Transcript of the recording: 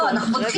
לא, אנחנו בודקים.